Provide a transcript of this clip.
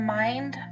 mind